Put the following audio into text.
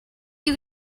you